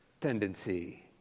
tendency